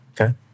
Okay